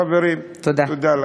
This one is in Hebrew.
חברים, תודה לכם.